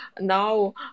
now